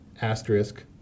asterisk